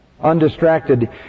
Undistracted